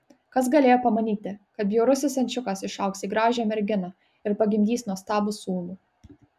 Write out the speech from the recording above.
kas galėjo pamanyti kad bjaurusis ančiukas išaugs į gražią merginą ir pagimdys nuostabų sūnų